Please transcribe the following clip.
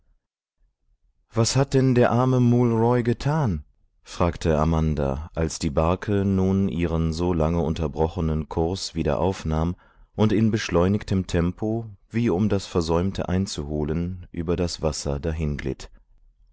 was hat denn der arme mool roy getan fragte amanda als die barke nun ihren so lange unterbrochenen kurs wieder aufnahm und in beschleunigtem tempo wie um das versäumte einzuholen über das wasser